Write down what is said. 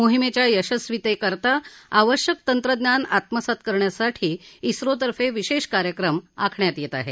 मोहिमेच्या यशस्वितेसाठी आवश्यक तंत्रज्ञान आत्मसात करण्यासाठी इस्रोतर्फे विशेष कार्यक्रम आखण्यात येत आहे